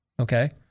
Okay